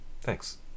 Thanks